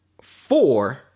four